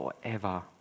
forever